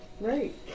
Right